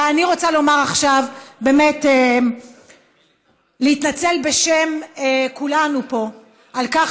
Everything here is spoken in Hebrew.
ואני רוצה עכשיו באמת להתנצל בשם כולנו פה על כך